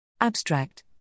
Abstract